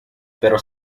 pero